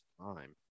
time